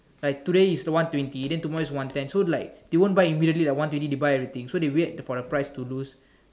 like today is the one twenty then tomorrow is one ten so like they won't buy immediately like one twenty they buy everything so they wait for the price to lose